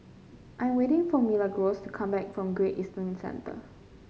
I'm waiting for Milagros to come back from Great Eastern Centre